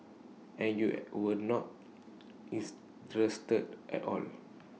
and you were not interested at all